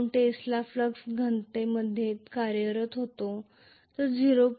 2 tesla flux घनतेमध्ये कार्यरत होतो 0